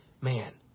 man